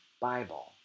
Bible